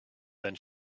then